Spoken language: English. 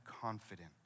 confident